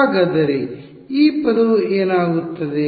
ಹಾಗಾದರೆ ಈ ಪದ ವು ಏನಾಗುತ್ತದೆ